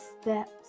steps